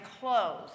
clothes